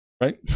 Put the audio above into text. Right